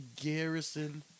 Garrison